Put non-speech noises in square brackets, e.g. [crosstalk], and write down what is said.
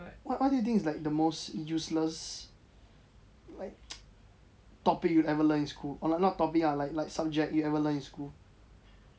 what do you think it's like the most useless like [noise] topic you ever learn in school or like not topic lah like like subject you ever learn in school